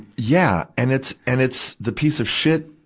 yeah. and it's, and it's, the piece of shit,